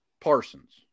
Parsons